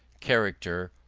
character,